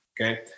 okay